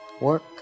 work